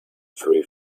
three